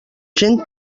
gent